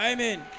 Amen